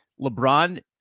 LeBron